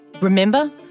Remember